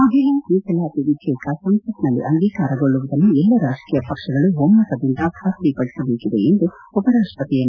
ಮಹಿಳಾ ಮೀಸಲಾತಿ ವಿಧೇಯಕ ಸಂಸತ್ನಲ್ಲಿ ಅಂಗೀಕಾರಗೊಳ್ಳುವುದನ್ನು ಎಲ್ಲಾ ರಾಜಕೀಯ ಪಕ್ಷಗಳು ಒಮ್ಮತದಿಂದ ಖಾತ್ರಿಪದಿಸಬೇಕಿದೆ ಎಂದು ಉಪರಾಷ್ಟ ಪತಿ ಎಂ